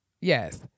Yes